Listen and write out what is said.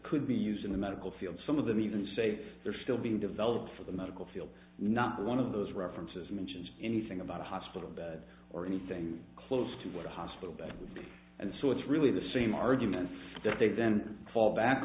could be used in the medical field some of them even safe they're still being developed for the medical field not one of those references mentions anything about a hospital bed or anything close to a hospital bed and so it's really the same arguments that they then fall back